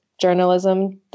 journalism